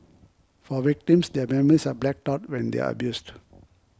for victims their memories are blacked out when they are abused